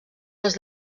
les